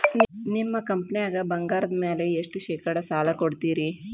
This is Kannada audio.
ನಿಮ್ಮ ಕಂಪನ್ಯಾಗ ಬಂಗಾರದ ಮ್ಯಾಲೆ ಎಷ್ಟ ಶೇಕಡಾ ಸಾಲ ಕೊಡ್ತಿರಿ?